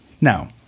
Now